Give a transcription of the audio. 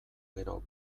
gero